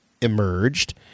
emerged